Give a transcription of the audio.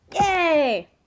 yay